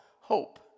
hope